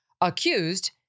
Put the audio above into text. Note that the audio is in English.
accused